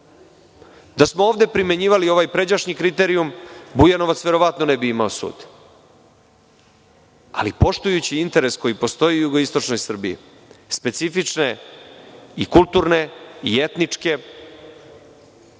Da smo ovde primenjivali ovaj pređašnji kriterijum, Bujanovac verovatno ne bi imao sud. Ali, poštujući interes koji postoji u jugoističnoj Srbiji, specifične i kulturne i etničke